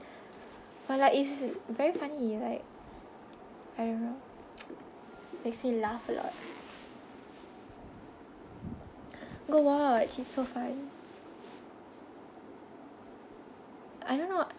but like it's very funny like I don't know makes me laugh lah go watch it's so fun I don't know